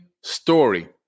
story